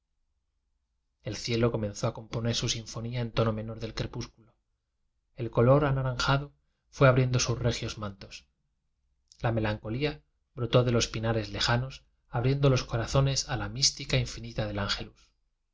el cielo comenzó a componer su sinfonía en fono menor del crepúsculo el color na ranjado fué abriendo sus regios manfos la melancolía brotó de los pinares lejanos abriendo los corazones a la mística infinita del